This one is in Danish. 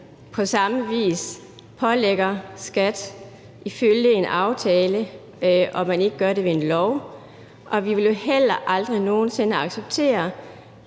pålagde skat ifølge en aftale og ikke ved en lov, og vi ville jo heller aldrig nogen sinde acceptere,